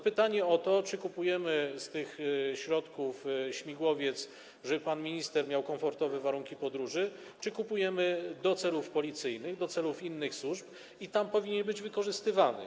Pytanie, czy kupujemy z tych środków śmigłowiec, żeby pan minister miał komfortowe warunki podróży, czy kupujemy go do celów Policji, do celów innych służb i tak powinien być wykorzystywany.